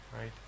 right